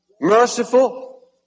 merciful